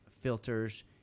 filters